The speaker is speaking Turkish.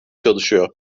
çalışıyor